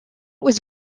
was